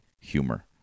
humor